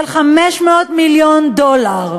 של 500 מיליון דולר.